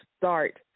start